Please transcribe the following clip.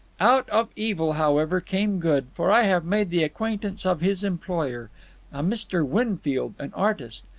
out of evil, however, came good, for i have made the acquaintance of his employer, a mr. winfield, an artist.